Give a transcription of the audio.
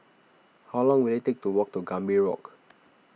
how long will it take to walk to Gambir Walk